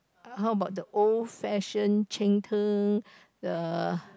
how about the old fashioned cheng-tng the